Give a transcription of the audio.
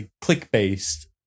click-based